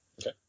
Okay